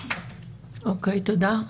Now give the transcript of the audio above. תודה.